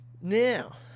Now